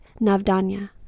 Navdanya